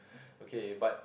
okay but